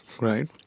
right